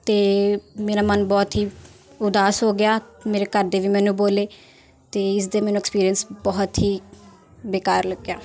ਅਤੇ ਮੇਰਾ ਮਨ ਬਹੁਤ ਹੀ ਉਦਾਸ ਹੋ ਗਿਆ ਮੇਰੇ ਘਰਦੇ ਵੀ ਮੈਨੂੰ ਬੋਲੇ ਅਤੇ ਇਸਦੇ ਮੈਨੂੰ ਐਕਸਪੀਰੀਅੰਸ ਬਹੁਤ ਹੀ ਬੇਕਾਰ ਲੱਗਿਆ